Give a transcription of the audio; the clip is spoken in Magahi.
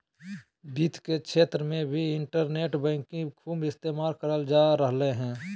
वित्त के क्षेत्र मे भी इन्टरनेट बैंकिंग खूब इस्तेमाल करल जा रहलय हें